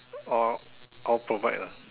all all provide lah